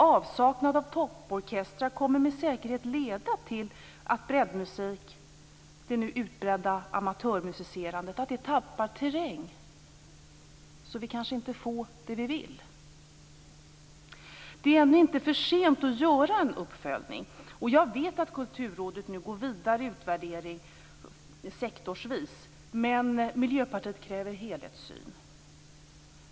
Avsaknad av topporkestrar kommer med säkerhet att leda till att breddmusiken och det nu utbredda amatörmusicerandet tappar terräng, så att vi kanske inte får det vi vill. Det är ännu inte för sent att göra en uppföljning. Jag vet att Kulturrådet nu går vidare i utvärdering sektorsvis, men Miljöpartiet kräver helhetssyn.